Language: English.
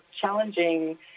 challenging